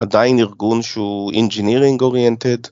‫עדיין ארגון שהוא ‫engineering oriented